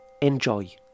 Enjoy